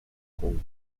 kong